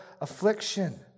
affliction